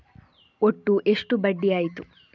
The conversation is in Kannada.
ಒಟ್ಟು ಎಷ್ಟು ಬಡ್ಡಿ ಆಯಿತು?